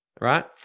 Right